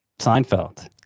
Seinfeld